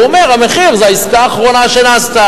והוא אומר: המחיר זה העסקה האחרונה שנעשתה.